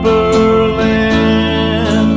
Berlin